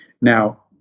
Now